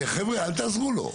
חבר'ה, אל תעזרו לו.